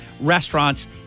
restaurants